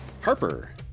Harper